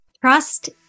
Trust